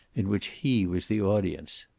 in which he was the audience.